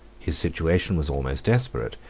his situation was almost desperate,